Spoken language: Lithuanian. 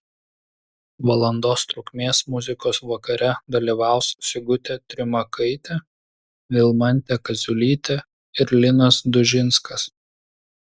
valandos trukmės muzikos vakare dalyvaus sigutė trimakaitė vilmantė kaziulytė ir linas dužinskas